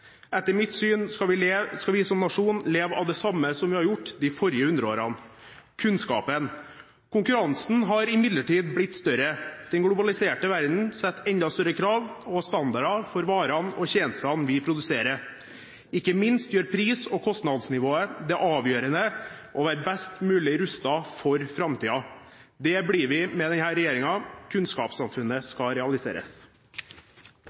etter oljealderen. Etter mitt syn skal vi som nasjon leve av det samme som vi har gjort de forrige hundreårene: kunnskapen. Konkurransen har imidlertid blitt større. Den globaliserte verden setter enda større krav og standarder til varene og tjenestene vi produserer – ikke minst gjør pris- og kostnadsnivået det avgjørende å være best mulig rustet for framtiden. Det blir vi med denne regjeringen. Kunnskapssamfunnet